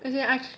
as in I